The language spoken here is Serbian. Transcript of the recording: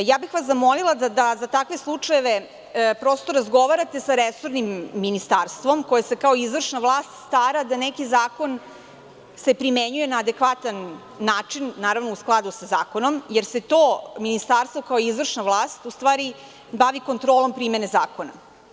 Zamolila bih vas da za takve slučajeve razgovarate sa resornim ministarstvom, koje se kao izvršna vlast stara da se neki zakon primenjuje na adekvatan način, naravno u skladu sa zakonom, jer se to ministarstvo kao izvršna vlast u stvari bavi kontrolom primene zakona.